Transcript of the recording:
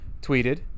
tweeted